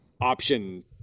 option